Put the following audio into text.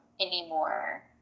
anymore